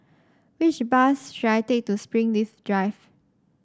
which bus should I take to Springleaf Drive